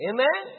Amen